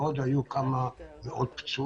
ועוד היו כמה פצועים.